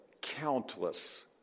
countless